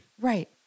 Right